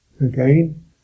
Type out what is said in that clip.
Again